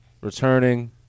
returning